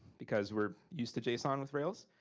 because we're used to json with rails.